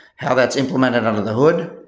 how that's implemented under the hood.